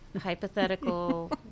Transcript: hypothetical